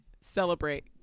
celebrate